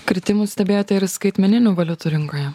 kritimus stebėjote ir skaitmeninių valiutų rinkoje